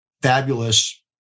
fabulous